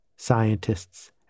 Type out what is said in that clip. scientists